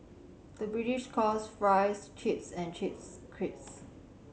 the British calls fries chips and chips crisps